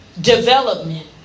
development